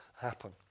happen